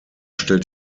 stellt